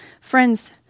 Friends